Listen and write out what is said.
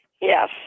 Yes